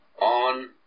On